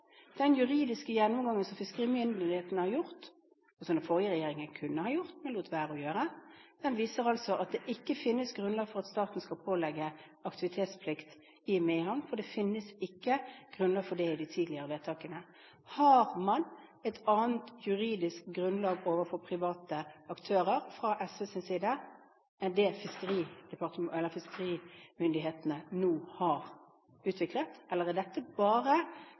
Den juridiske gjennomgangen som fiskerimyndighetene har gjort, og som den forrige regjeringen kunne ha gjort, men lot være å gjøre, viser at det ikke finnes grunnlag for at staten skal pålegge aktivitetsplikt i Mehamn, for det finnes ikke grunnlag for det i de tidligere vedtakene. Har man, ifølge SV, et annet juridisk grunnlag overfor private aktører enn det fiskerimyndighetene nå har utviklet, eller er dette bare